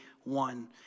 one